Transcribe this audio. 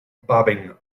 bobbing